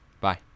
Bye